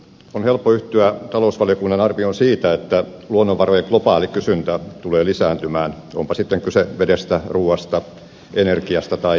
on helppo yhtyä talousvaliokunnan arvioon siitä että luonnonvarojen globaali kysyntä tulee lisääntymään onpa sitten kyse vedestä ruuasta energiasta tai mineraaleista